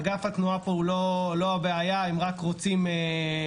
אגף התנועה הוא לא הבעיה פה, הם רק רוצים מצלמות.